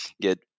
get